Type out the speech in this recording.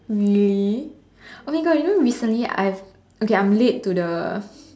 really oh my God you know recent I have okay I'm late to the